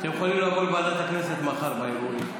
אתם יכולים לבוא לוועדת הכנסת מחר באירועים.